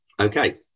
Okay